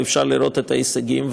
ואפשר לראות את ההישגים,